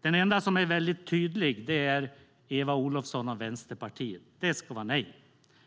Den enda som är väldigt tydlig är Eva Olofsson och Vänsterpartiet. Det ska vara nej,